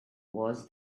was